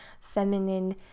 feminine